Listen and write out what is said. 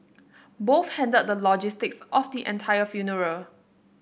both handled the logistics of the entire funeral